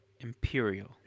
Imperial